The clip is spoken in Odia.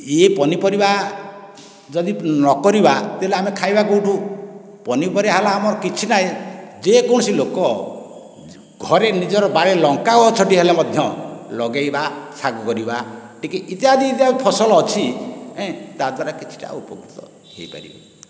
ଇଏ ପନିପରିବା ଯଦି ନ କରିବା ତାହେଲେ ଆମେ ଖାଇବା କେଉଁଠୁ ପନିପରିବା ହେଲା ଆମର କିଛିଟା ଯେକୌଣସି ଲୋକ ଘରେ ନିଜ ବାରିରେ ଲଙ୍କାଗଛ ଟିଏ ହେଲେ ମଧ୍ୟ ଲଗେଇବା ଶାଗ କରିବା ଟିକିଏ ଇତ୍ୟାଦି ଇତ୍ୟାଦି ଫସଲ ଅଛି ତା ଦ୍ୱାରା କିଛିଟା ଉପକୃତ ହୋଇପାରିବ